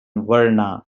varna